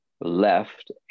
left